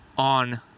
on